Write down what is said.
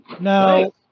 now